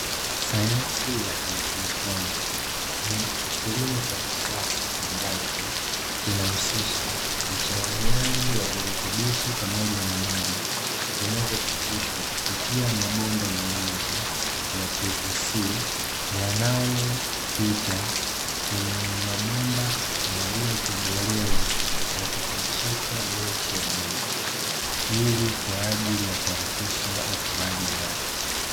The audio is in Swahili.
Sayansi ya hydroponi, ni kilimo cha kisasa ambacho kinahusisha uchanganyaji wa virutubishi pamoja na maji vinavyo pitishwa kupitia mabomba maalumu ya "pvc" yanayo pita kwenye mabomba yaliyotobolewa na kupachikwa miche ya miti ili kwa ajili ya kuhakikisha ukuaji wake.